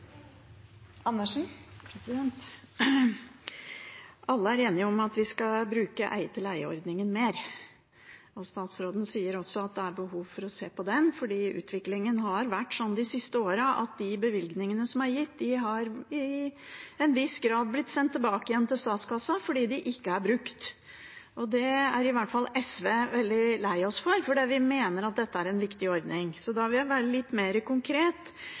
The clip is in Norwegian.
enige om at vi skal bruke leie-til-eie-ordningen mer, og statsråden sier også at det er behov for å se på den. Utviklingen har vært sånn de siste årene at de bevilgningene som er gitt, til en viss grad har blitt sendt tilbake til statskassen fordi de ikke er brukt. Det er i hvert fall SV veldig lei seg for, for vi mener at dette er en viktig ordning. Da vil jeg være litt mer konkret,